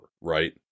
right